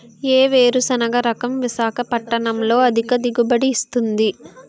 ఏ వేరుసెనగ రకం విశాఖపట్నం లో అధిక దిగుబడి ఇస్తుంది?